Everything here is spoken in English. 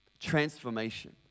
Transformation